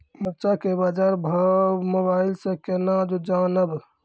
मरचा के बाजार भाव मोबाइल से कैनाज जान ब?